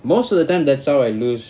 most of the time that's how I lose